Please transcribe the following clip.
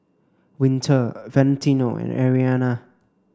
Winter Valentino and Arianna